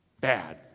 bad